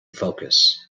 focus